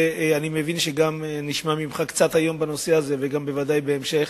אני מבין שנשמע ממך היום בנושא הזה ובוודאי בהמשך,